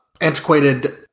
antiquated